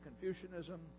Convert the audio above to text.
Confucianism